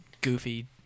goofy